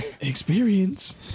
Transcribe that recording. Experience